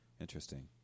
Interesting